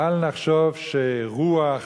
בל נחשוב שרוח